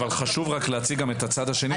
אבל חשוב להציג גם את הצד השני.